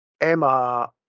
Emma